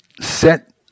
set